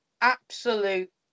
absolute